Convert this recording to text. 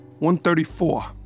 134